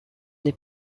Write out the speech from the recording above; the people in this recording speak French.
les